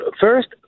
first